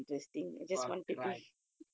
want to cry